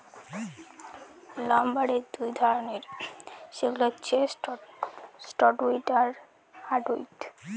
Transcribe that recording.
লাম্বারের দুই ধরনের, সেগুলা হচ্ছে সফ্টউড আর হার্ডউড